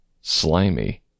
slimy